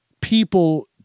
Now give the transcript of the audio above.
people